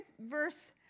verse